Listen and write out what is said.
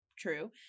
True